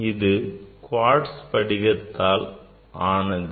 இது குவாட்ஸ் படிகத்தால் ஆனது